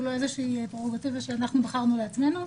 לא איזו שהיא פררוגטיבה שאנחנו בחרנו לעצמנו.